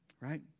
right